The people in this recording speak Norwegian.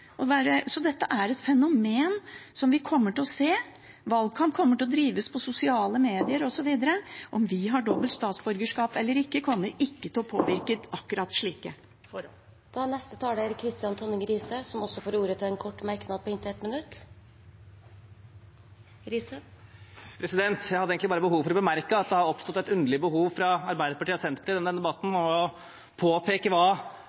Så dette er et fenomen som vi kommer til å se. Valgkamp kommer til å drives i sosiale medier, osv. Om vi har dobbelt statsborgerskap eller ikke, kommer ikke til å påvirke akkurat slike forhold. Representanten Kristian Tonning Riise har hatt ordet to ganger tidligere og får ordet til en kort merknad, begrenset til 1 minutt. Jeg har bare et behov for å bemerke at det har oppstått et underlig behov hos Arbeiderpartiet og Senterpartiet i denne